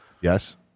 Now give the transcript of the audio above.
Yes